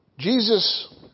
Jesus